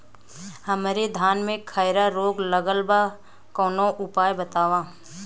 हमरे धान में खैरा रोग लगल बा कवनो उपाय बतावा?